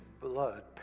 blood